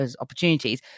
opportunities